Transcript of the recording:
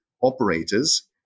operators